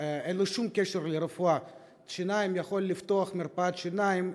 שאין לו שום קשר לרפואת שיניים יכול לפתוח מרפאת שיניים.